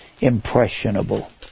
impressionable